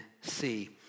see